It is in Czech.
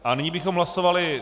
A nyní bychom hlasovali...